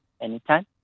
anytime